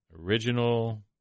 original –